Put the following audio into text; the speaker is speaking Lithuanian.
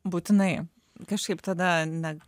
būtinai kažkaip tada ne